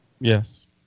Yes